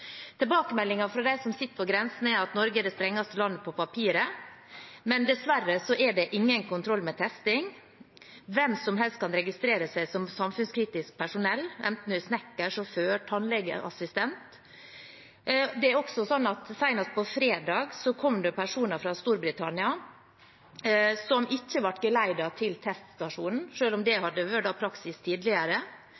fra de som sitter på grensen, er at Norge er det strengeste landet på papiret, men dessverre er det ingen kontroll med testing. Hvem som helst kan registrere seg som samfunnskritisk personell, enten man er snekker, sjåfør eller tannlegeassistent. Senest på fredag kom det personer fra Storbritannia som ikke ble geleidet til teststasjonen, selv om det